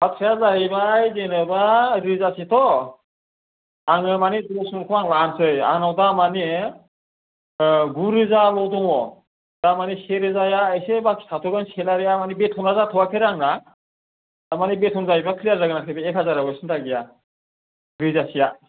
बाथ्राया जाहैबाय जेनेबा रोजासेथ' आङो माने दस मनखौ आं लानोसै आंनाव दा माने गु रोजाल' दङ' थारमानि से रोजाया एसे बाखि थाथ'गोन सेलारिया माने बेथ'ना जाथ'वाखैआरो आंना थारमाने बेथ'न जायोबा क्लियार जागोन आरोखि बे एक हाजाराबो सिनथा गैया रोजासेया